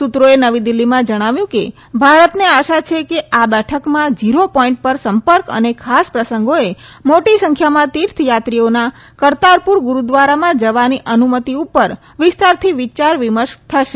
સુત્રોએ નવી દિલ્ફીમાં જણાવ્યું કે ભારતને આશા છે કે આ બેઠકમાં ઝીરો પોઈન્ટ પર સંપર્ક અને ખાસ પ્રસંગોએ મોટી સંખ્યામાં તીર્થ યાત્રીઓના કરતારપુર ગુરૂદ્વારામાં જવાની અનુમતિ ઉપર વિસ્તારથી વિયાર વિમર્શ થશે